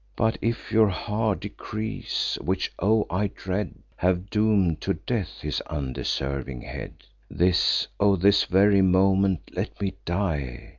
but if your hard decrees which, o! i dread have doom'd to death his undeserving head this, o this very moment, let me die!